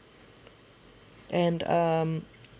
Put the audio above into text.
and um yeah